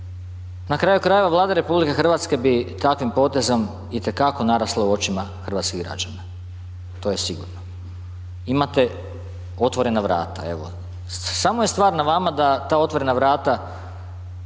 na kraju krajeva Vlada RH bi takvim potezom i te kako narasla u očima hrvatskih građana, to je sigurno. Imate otvorena vrata, evo, samo je stvar na vama da ta otvorena vrata